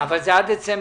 אבל זה קיים עד דצמבר.